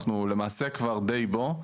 שלמעשה אנחנו כבר די בו,